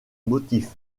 motifs